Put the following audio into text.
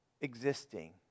existing